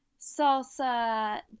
salsa